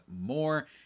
more